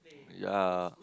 yea